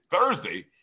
Thursday